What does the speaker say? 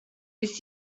ist